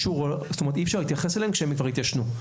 אי אפשר להתייחס אליהן כשהן כבר התיישנו.